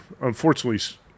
unfortunately